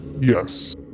Yes